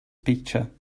picture